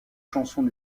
chansons